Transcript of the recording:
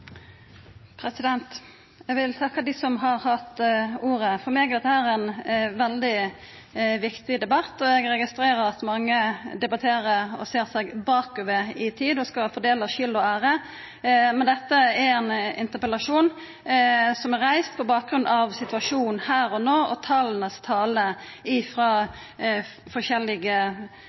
reformen. Eg vil takka dei som har hatt ordet. For meg er dette ein veldig viktig debatt. Eg registrerer at mange når dei debatterer, ser seg bakover i tid og skal fordela skuld og ære, men dette er ein interpellasjon som er reist på bakgrunn av situasjonen her og no, tala frå forskjellige tilsyn, bl.a. pasient- og